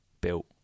built